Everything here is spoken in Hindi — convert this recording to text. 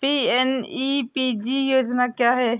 पी.एम.ई.पी.जी योजना क्या है?